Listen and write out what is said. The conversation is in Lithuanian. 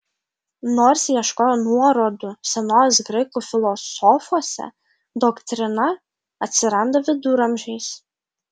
nors ieškojo nuorodų senovės graikų filosofuose doktrina atsiranda viduramžiais